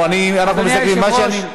אנחנו נעשה עכשיו תיקון.